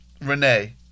Renee